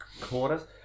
quarters